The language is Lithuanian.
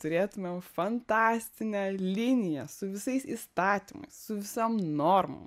turėtumėm fantastinę liniją su visais įstatymais su visam normom